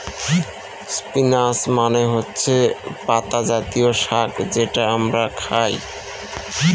spinach মানে হচ্ছে পাতা জাতীয় শাক যেটা আমরা খায়